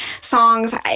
songs